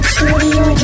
Studio